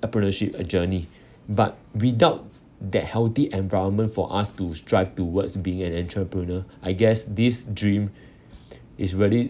entrepreneurship journey but without that healthy environment for us to strive towards being an entrepreneur I guess this dream is really